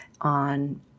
on